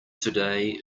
today